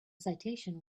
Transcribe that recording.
citation